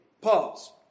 Pause